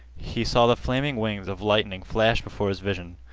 he saw the flaming wings of lightning flash before his vision.